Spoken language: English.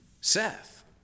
Seth